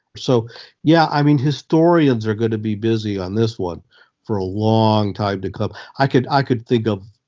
so yeah, i mean, historians are going to be busy on this one for a long time to come. i could i could think of,